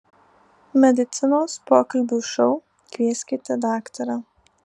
medicinos pokalbių šou kvieskite daktarą